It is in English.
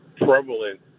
prevalent